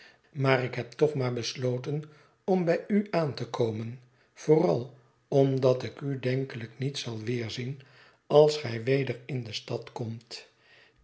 maar ik heb toch maar besloten om bij u aan te komen vooral omdat ik u denkelijk niet zal weerzien als gij weder in de stad komt